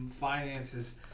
finances